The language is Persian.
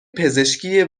پزشکی